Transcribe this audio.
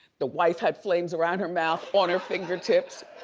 the wife had flames around her mouth, on her fingertips,